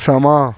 ਸਮਾਂ